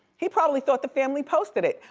he probably thought the family posted it.